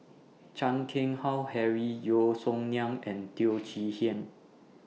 Chan Keng Howe Harry Yeo Song Nian and Teo Chee Hean